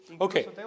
Okay